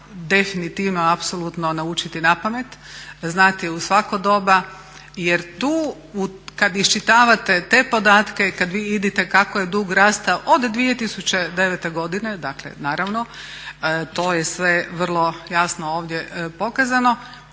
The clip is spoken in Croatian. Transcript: definitivno i apsolutno naučiti napamet, znati u svako doba jer tu kad iščitavate te podatke i kad vidite kako je dug rasta od 2009. godine, dakle to je sve vrlo jasno ovdje pokazano,